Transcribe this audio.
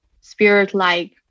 spirit-like